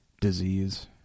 disease